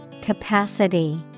Capacity